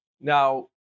Now